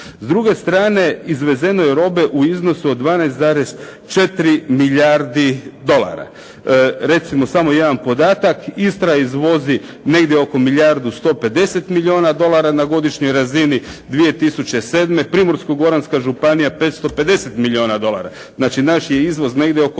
s druge strane izvezeno je robe u iznosu od 12,4 milijardi dolara. Recimo samo jedan podatak, Istra izvozi negdje oko milijardu 150 dolara na godišnjoj razini, 2007. Primorsko-goranska županija 550 milijuna dolara, znači naš je izvoz negdje oko